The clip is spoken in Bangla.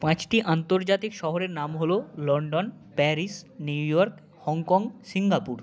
পাঁচটি আন্তর্জাতিক শহরের নাম হলো London Paris New York Hong Kong Singapore